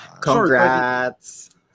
Congrats